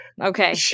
Okay